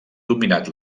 dominat